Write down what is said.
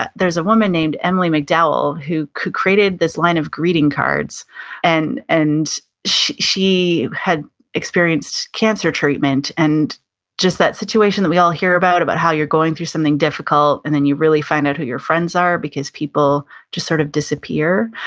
there's a woman named emily mcdowell who created this line of greeting cards and and she had experienced cancer treatment and just that situation that we all hear about, about how you're going through something difficult and then you really find out who your friends are because people just sort of disappear